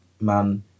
man